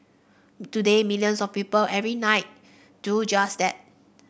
today millions of people every night do just that